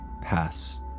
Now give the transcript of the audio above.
Pass